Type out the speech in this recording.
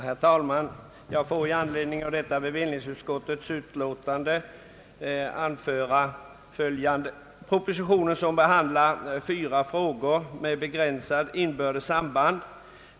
Herr talman! Jag vill i anledning av detta bevillningsutskottets betänkande anföra följande. Propositionen behandlar fyra frågor med begränsat inbördes samband.